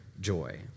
joy